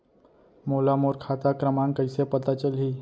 मोला मोर खाता क्रमाँक कइसे पता चलही?